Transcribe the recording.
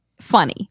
funny